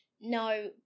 no